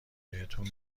بهتون